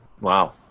Wow